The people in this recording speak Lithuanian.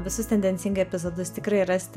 visus tendencingai epizodus tikrai rasit